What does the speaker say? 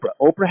Oprah